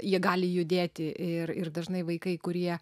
jie gali judėti ir ir dažnai vaikai kurie